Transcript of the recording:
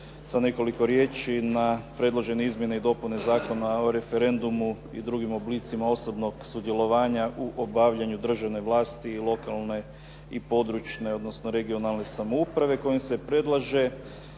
sa nekoliko riječi na predložene izmjene i dopune Zakona o referendumu i drugim oblicima osobnog sudjelovanja u obavljanju državne vlasti i lokalne i područne, odnosno regionalne samouprave kojim se predlaže